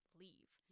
leave